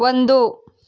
ಒಂದು